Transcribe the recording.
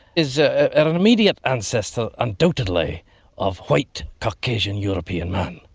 is ah an immediate ancestor undoubtedly of white caucasian european man.